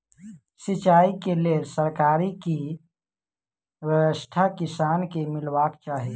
सिंचाई केँ लेल सरकारी की व्यवस्था किसान केँ मीलबाक चाहि?